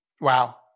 Wow